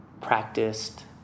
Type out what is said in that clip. practiced